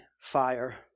fire